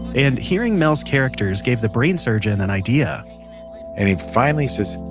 and hearing mel's characters gave the brain surgeon an idea and he finally says,